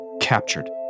captured